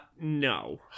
no